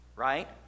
Right